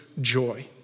joy